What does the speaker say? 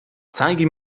zeige